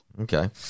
Okay